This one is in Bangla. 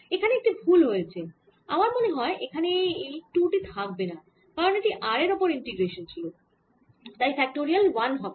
এখানে একটি ভুল হয়েছে আমার মনে হয় এখানে এই 2 টি থাকবেনা কারণ এটি r এর ওপর ইন্টিগ্রেশান ছিল তাই ফ্যাক্টোরিয়াল এক হবে